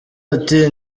ati